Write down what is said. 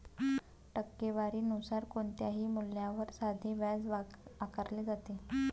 टक्केवारी नुसार कोणत्याही मूल्यावर साधे व्याज आकारले जाते